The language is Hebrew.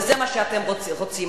וזה מה שאתם רוצים.